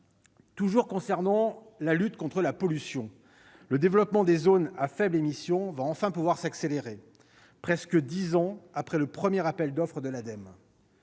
Toujours au chapitre de la lutte contre la pollution, le développement des zones à faibles émissions va enfin pouvoir s'accélérer, presque dix ans après le premier appel d'offres de l'Agence